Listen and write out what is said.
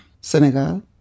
Senegal